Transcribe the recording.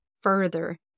further